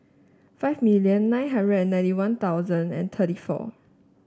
five million nine hundred and ninety One Thousand and thirty four